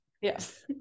Yes